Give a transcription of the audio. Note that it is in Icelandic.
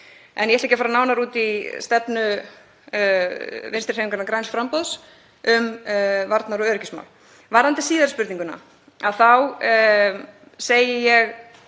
En ég ætla ekki að fara nánar út í stefnu Vinstrihreyfingarinnar – græns framboðs um varnar- og öryggismál. Varðandi síðari spurninguna þá eru